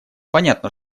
понятно